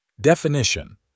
Definition